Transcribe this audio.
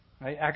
Right